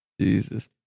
Jesus